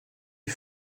est